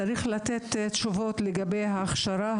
צריך לתת תשובות לגבי ההכשרה,